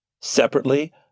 Separately